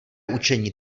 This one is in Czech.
učení